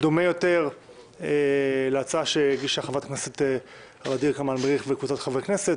דומה יותר להצעה שהגישה חברת הכנסת ע'דיר כמאל מריח וקבוצת חברי כנסת,